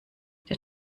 der